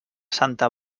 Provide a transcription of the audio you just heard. santa